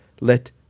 Let